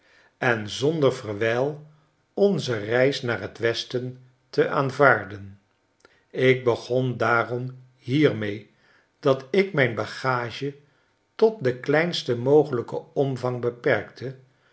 en zonder verwijl onze reis naar t westen te aanvaarden ik begon daaromhiermee dat ik mijn bagage tot den kleinst mogelijken omvang beperkte